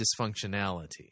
dysfunctionality